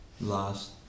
last